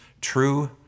true